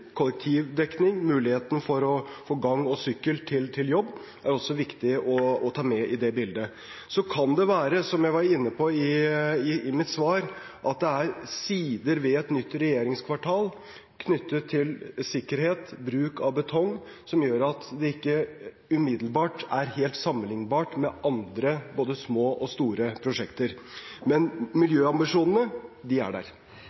kollektivdekning og muligheten for gange og sykkel til jobb er også viktig å ta med i det bildet. Så kan det være, som jeg var inne på i mitt svar, at det er sider ved et nytt regjeringskvartal knyttet til sikkerhet, bruk av betong, som gjør at det ikke umiddelbart er helt sammenlignbart med andre både små og store prosjekter. Men miljøambisjonene er der.